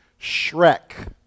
shrek